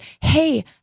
hey